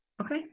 Okay